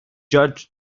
judge